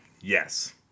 Yes